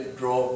draw